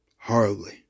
Horribly